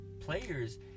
players